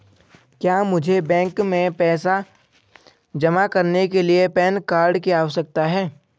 क्या मुझे बैंक में पैसा जमा करने के लिए पैन कार्ड की आवश्यकता है?